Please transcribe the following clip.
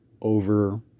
Over